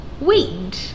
Weed